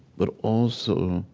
but also,